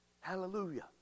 hallelujah